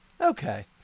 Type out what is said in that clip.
Okay